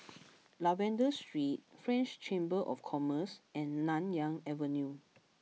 Lavender Street French Chamber of Commerce and Nanyang Avenue